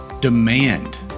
Demand